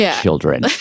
children